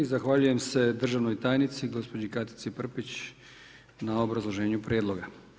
Zahvaljujem se državnoj tajnici gospođi Katici Prpić na obrazloženju prijedloga.